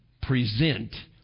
present